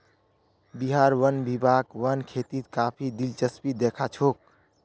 बिहार वन विभाग वन खेतीत काफी दिलचस्पी दखा छोक